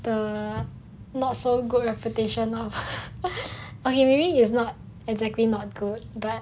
the not so good reputation of okay maybe is not exactly not good but